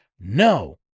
no